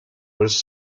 was